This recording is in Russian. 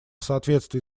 соответствии